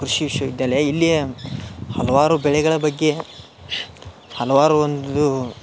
ಕೃಷಿ ವಿಶ್ವ ವಿದ್ಯಾಲಯ ಇಲ್ಲಿಯ ಹಲವಾರು ಬೆಳೆಗಳ ಬಗ್ಗೆ ಹಲವಾರು ಒಂದು